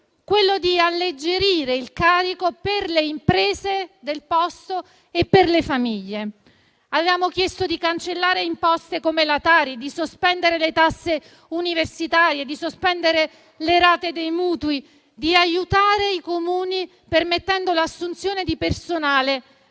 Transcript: scopo: alleggerire il carico per le imprese e per le famiglie del posto. Avevamo chiesto di cancellare imposte come la Tari, di sospendere le tasse universitarie e le rate dei mutui, di aiutare i Comuni permettendo l'assunzione di personale